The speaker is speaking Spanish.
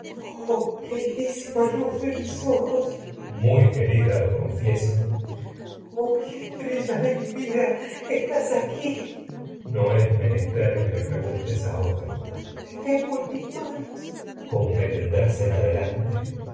queridísima luz de mis ojos orestes electra muy querida lo confieso oh estrella de mi vida estás aquí es orestes no menester que lo preguntes a otro electra te tengo en mis manos como me orestes tendrás en adelante